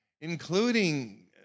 including